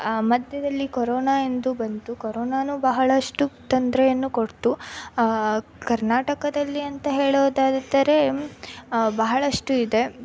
ಮಧ್ಯದಲ್ಲಿ ಕೊರೊನ ಎಂದು ಬಂತು ಕೊರೊನವೂ ಬಹಳಷ್ಟು ತೊಂದರೆಯನ್ನು ಕೊಡ್ತು ಕರ್ನಾಟಕದಲ್ಲಿ ಅಂತ ಹೇಳೋದಾದರೆ ಬಹಳಷ್ಟು ಇದೆ